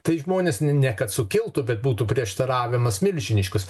tai žmonės ne kad sukiltų bet būtų prieštaravimas milžiniškas